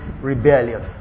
rebellion